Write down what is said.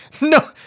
No